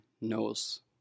knows